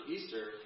Easter